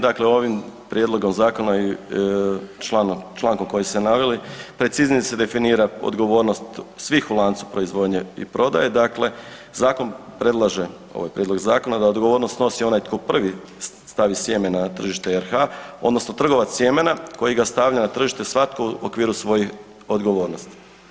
Dakle ovim prijedlogom zakona i člankom koji ste naveli, preciznije se definira odgovornost svih u lancu proizvodnje i prodaje, dakle zakon predlaže, ovaj prijedlog zakona da odgovornost snosi onaj tko prvi stavi sjeme na tržište RH odnosno trgovac sjemena koji ga stavlja na tržište, svatko u okviru svojih odgovornosti.